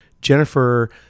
Jennifer